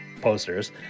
posters